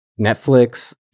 Netflix